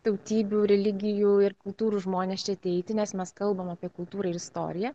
tautybių religijų ir kultūrų žmones čia ateiti nes mes kalbam apie kultūrą ir istoriją